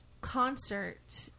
concert